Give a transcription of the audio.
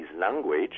language